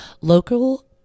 Local